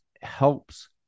helps